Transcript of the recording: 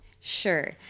Sure